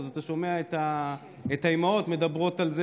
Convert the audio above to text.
אז אתה שומע את האימהות מדברות על זה